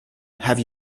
have